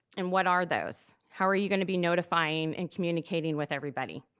and what are those? how are you gonna be notifying and communicating with everybody?